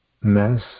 mass